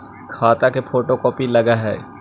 खाता के photocopy लगहै?